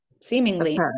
Seemingly